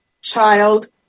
Child